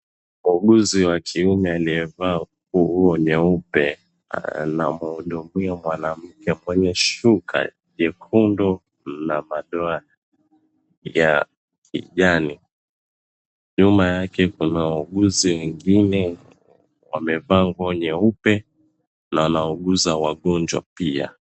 Muuguzi wa kiume aliyevalia nguo nyeupe anamuhudumia mwanamke mwenye shuka nyekundu la madoa ya kijani nyuma yake kuna wauguzi wengine wamevaa nguo nyeupe na wanawauguza wagonjwa pia.